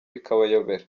bikabayobera